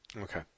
Okay